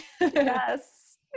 Yes